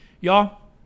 Y'all